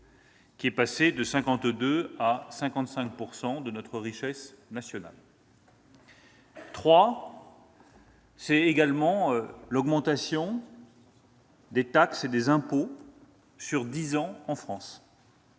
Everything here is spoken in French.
elle est passée de 52 % à 55 % de notre richesse nationale. Trois, c'est également l'augmentation des taxes et des impôts : sur dix ans, ils